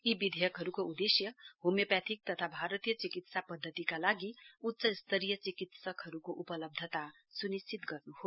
यी विधेयकहरुको उदेश्य होम्योपैथिक तथा भारतीय चिकित्सा पध्दनिका लागि उच्चस्तरीय चिकित्सकहरुके उपलब्धता सुनिश्चित गर्नु हो